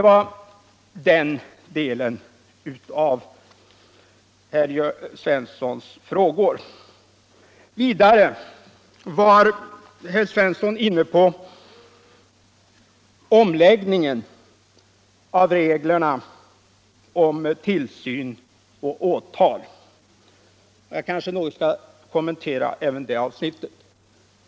Vidare var herr Svensson i Malmö inne på omläggningen av reglerna för tillsyn och åtal, och jag kanske skall kommentera även det avsnittet något.